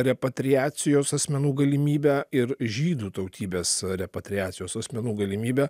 repatriacijos asmenų galimybę ir žydų tautybės repatriacijos asmenų galimybę